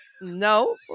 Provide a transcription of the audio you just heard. no